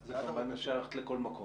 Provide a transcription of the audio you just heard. והיא מנוגדת לכללי מינהל תקין.